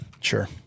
Sure